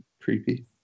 creepy